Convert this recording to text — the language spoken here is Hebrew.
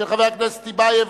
של חבר הכנסת טיבייב,